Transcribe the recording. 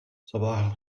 صباح